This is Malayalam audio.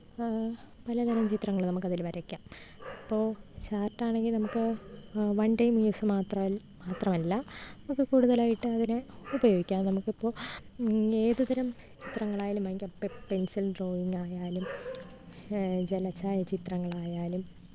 പലതരം ചിത്രങ്ങൾ നമുക്ക് അതിൽ വരയ്ക്കാം അപ്പോൾ ചാര്ട്ട് ആണെങ്കില് നമുക്ക് വണ് ടൈം യൂസ് മാത്രമല്ല മാത്രമല്ല അത് കൂടുതലായിട്ട് അവർ ഉപയോഗിക്കാം നമുക്ക് ഇപ്പോൾ ഏത് തരം ചിത്രങ്ങളായാലും ഭയങ്ക പെ പെന്സില് ഡ്രോയിങ്ങ് ആയാലും ജലച്ചായ ചിത്രങ്ങളായാലും